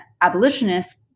abolitionists